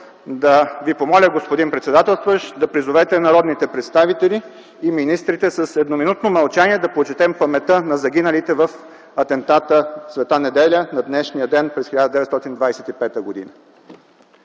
да Ви помоля, господин председателстващ, да призовете народните представители и министрите с едноминутно мълчание да почетем паметта на загиналите в атентата в Катедралата „Света Неделя” на днешния ден през 1925 г.